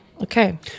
Okay